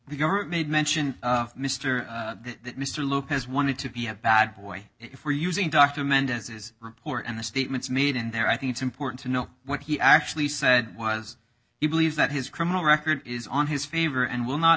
we've made mention of mr that mr lopez wanted to be a bad boy if we're using dr mendez's report and the statements made and there i think it's important to know what he actually said was he believes that his criminal record is on his favor and will not